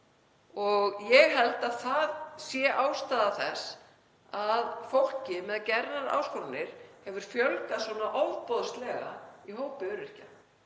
Ég held að það sé ástæða þess að fólki með geðrænar áskoranir hefur fjölgað svona ofboðslega í hópi öryrkja,